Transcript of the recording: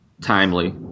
timely